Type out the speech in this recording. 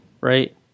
right